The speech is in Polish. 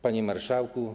Panie Marszałku!